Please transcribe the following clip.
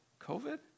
COVID